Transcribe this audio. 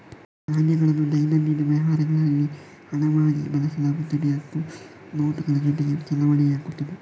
ನಾಣ್ಯಗಳನ್ನು ದೈನಂದಿನ ವ್ಯವಹಾರಗಳಲ್ಲಿ ಹಣವಾಗಿ ಬಳಸಲಾಗುತ್ತದೆ ಮತ್ತು ನೋಟುಗಳ ಜೊತೆಗೆ ಚಲಾವಣೆಯಾಗುತ್ತದೆ